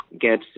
get